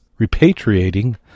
repatriating